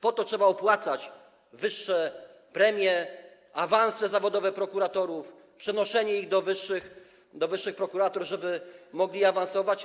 Po to trzeba opłacać wyższe premie, awanse zawodowe prokuratorów, przenoszenie ich do wyższych prokuratur, żeby mogli awansować?